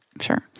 Sure